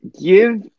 Give